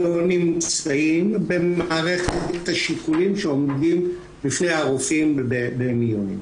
נמצאים במערכת השיקולים שעומדים בפני הרופאים במיון,